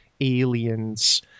aliens